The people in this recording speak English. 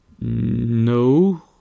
No